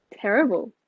terrible